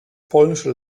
polnische